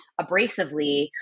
abrasively